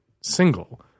single